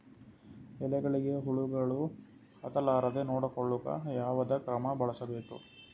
ಎಲೆಗಳಿಗ ಹುಳಾಗಳು ಹತಲಾರದೆ ನೊಡಕೊಳುಕ ಯಾವದ ಕ್ರಮ ಬಳಸಬೇಕು?